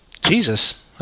Jesus